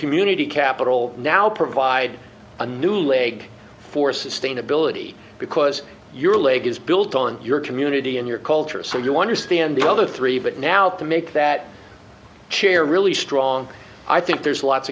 community capital now provide a new leg for sustainability because your leg is built on your community and your culture so you understand the other three but now to make that chair really strong i think there's lots